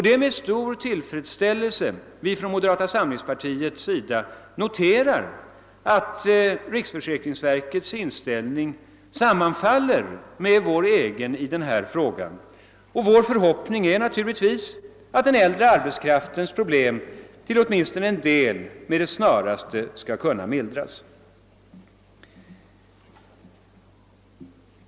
Det är med stor tillfredsställelse vi inom moderata samlingspartiet noterar att riksförsäkringsverkets inställning sammanfaller med vår egen i denna fråga. Vår förhoppning är naturligtvis att den äldre arbetskraftens problem åtminstone till en del med det snaraste skall kunna mildras.